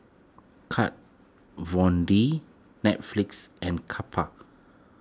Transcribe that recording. Kat Von D Netflix and Kappa